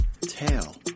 Tail